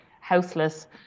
houseless